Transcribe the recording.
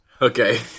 Okay